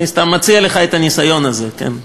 אני סתם מציע לך את הניסיון הזה, כן?